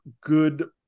good